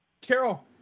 Carol